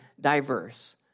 diverse